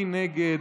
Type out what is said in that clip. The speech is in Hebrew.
מי נגד?